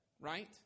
right